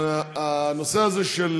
הנושא הזה של